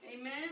Amen